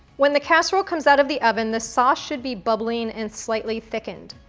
when the casserole comes out of the oven, the sauce should be bubbling and slightly thickened.